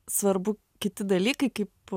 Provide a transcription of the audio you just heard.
svarbu kiti dalykai kaip